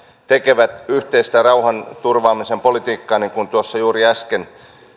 tekevät yhteistä rauhan turvaamisen politiikkaa niin kuin tuossa juuri äsken